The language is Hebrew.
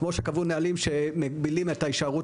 כמו שקבעו נהלים שמגבילים את ההישארות